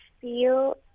feel